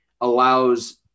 allows